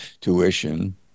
tuition